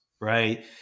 right